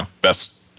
best-